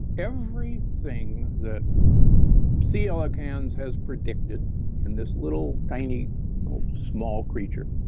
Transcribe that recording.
everything that c elegans has predicted in this little, tiny small creature,